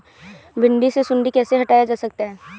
भिंडी से सुंडी कैसे हटाया जा सकता है?